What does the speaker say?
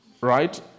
right